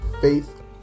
faith